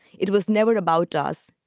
it was never about us